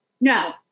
No